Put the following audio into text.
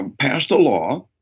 and passed a law.